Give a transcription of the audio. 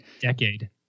Decade